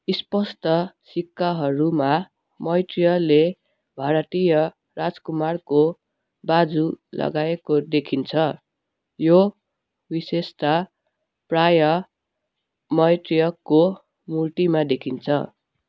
स्पष्ट सिक्काहरूमा मैत्रेयले भारतीय राजकुमारको बाजु लगाएको देखिन्छ यो विशेषता प्रायः मैत्रेयको मूर्तिमा देखिन्छ